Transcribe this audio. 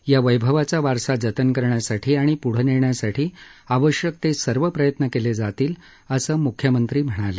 या वैभवाचा वारसा जतन करण्यासाठी आणि पुढे नेण्यासाठी आवश्यक ते सर्व प्रयत्न केले जातील असं मुख्यमंत्री म्हणाले